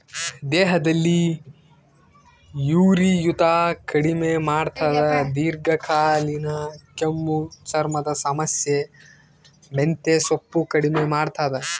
ದೇಹದಲ್ಲಿ ಉರಿಯೂತ ಕಡಿಮೆ ಮಾಡ್ತಾದ ದೀರ್ಘಕಾಲೀನ ಕೆಮ್ಮು ಚರ್ಮದ ಸಮಸ್ಯೆ ಮೆಂತೆಸೊಪ್ಪು ಕಡಿಮೆ ಮಾಡ್ತಾದ